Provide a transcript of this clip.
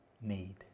need